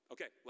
Okay